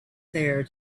there